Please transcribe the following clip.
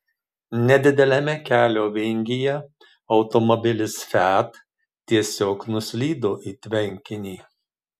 nedideliame kelio vingyje automobilis fiat tiesiog nuslydo į tvenkinį